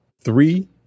Three